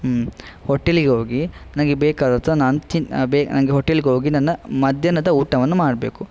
ಹ್ಞೂ ಹೋಟೆಲಿಗೆ ಹೋಗಿ ನನಗೆ ಬೇಕಾದಂಥ ನಾನು ತಿನ್ನು ಬೆ ನಂಗೆ ಹೋಟೆಲ್ಗೆ ಹೋಗಿ ನನ್ನ ಮಧ್ಯಾಹ್ನದ ಊಟವನ್ನು ಮಾಡಬೇಕು